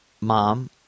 mom